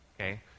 Okay